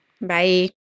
Bye